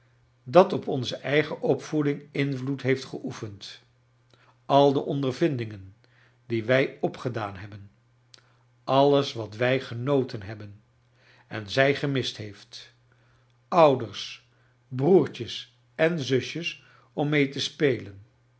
dat op onze eigen opvoeding invloed heeft geoefend al de ondervindingen die wij opgedaan hebben alles wat wij genoten hebben en zij gemist heeft ouders brcertjes en zusjes om mee te spelen